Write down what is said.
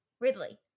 Ridley